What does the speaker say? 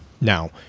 Now